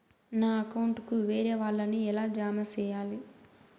నా అకౌంట్ కు వేరే వాళ్ళ ని ఎలా జామ సేయాలి?